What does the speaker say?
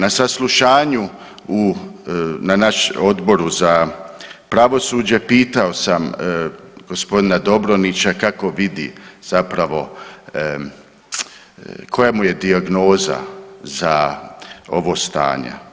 Na saslušanju u, na naš Odboru za pravosuđe pitao sam gospodina Dobronića kako vidi zapravo koja mu je dijagnoza za ovo stanje.